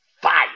fire